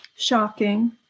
shocking